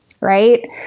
right